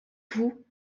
tout